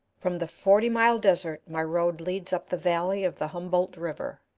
from the forty-mile desert my road leads up the valley of the humboldt river.